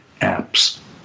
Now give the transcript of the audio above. apps